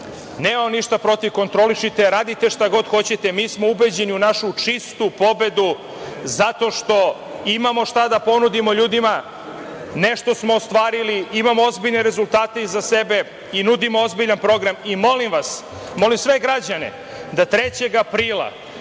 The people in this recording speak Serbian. nemamo ništa protiv, kontrolišite, radite šta god hoćete, mi smo ubeđeni u našu čistu pobedu, zato što imamo šta da ponudimo ljudima, nešto smo ostvarili, imamo ozbiljne rezultate iza sebe i nudimo ozbiljan program. Molim vas, molim sve građane da 3. aprila,